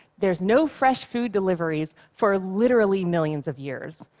there's no fresh food deliveries for literally millions of years.